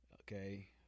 Okay